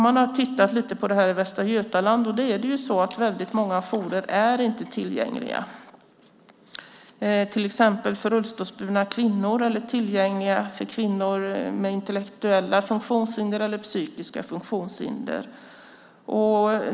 Man har tittat lite på det här i Västra Götaland, och det är så att väldigt många jourer inte är tillgängliga för till exempel rullstolsburna kvinnor eller kvinnor med intellektuella eller psykiska funktionshinder.